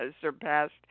surpassed